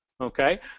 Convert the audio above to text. okay